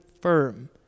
firm